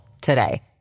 today